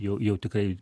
jau jau tikrai